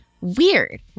Weird